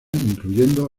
incluyendo